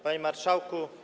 Panie Marszałku!